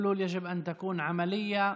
הפתרונות צריכים להיות מעשיים,